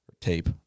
tape